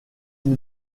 une